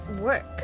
work